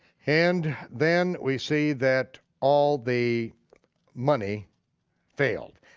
and then we see that all the money failed.